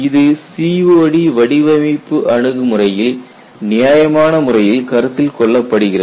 இது COD வடிவமைப்பு அணுகுமுறையில் நியாயமான முறையில் கருத்தில் கொள்ளப்படுகிறது